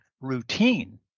routine